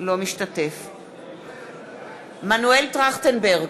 בהצבעה מנואל טרכטנברג,